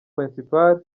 principal